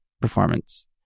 performance